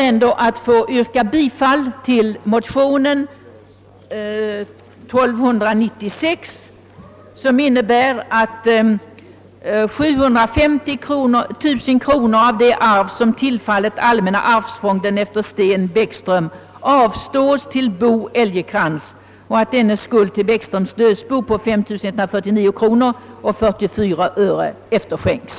Jag ber att få yrka bifall till motion II: 1296, som innebär att 750 000 kronor av det arv som tillfallit allmänna arvsfonden efter Sten Bäckström avstås till Bo Älgekrans och att dennes skuld till Bäckströms dödsbo på 5149 kronor 44 öre efterskänkes.